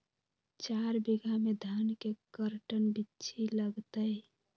चार बीघा में धन के कर्टन बिच्ची लगतै?